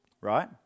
right